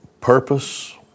purpose